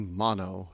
mono